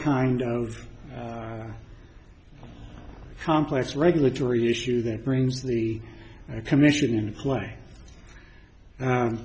kind of complex regulatory issue that brings the commission in play